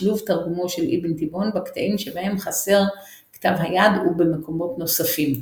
בשילוב תרגומו של אבן תיבן בקטעים שבהם חסר כתב היד ובמקומות נוספים.